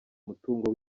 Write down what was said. umutungo